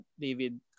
David